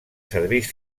serveis